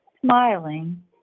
Smiling